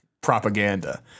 propaganda